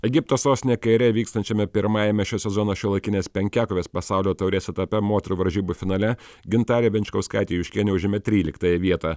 egipto sostinėj kaire vykstančiame pirmajame šio sezono šiuolaikinės penkiakovės pasaulio taurės etape moterų varžybų finale gintarė venčkauskaitė juškienė užėmė tryliktąją vietą